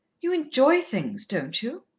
you enjoy things, don't you?